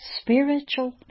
Spiritual